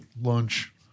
lunch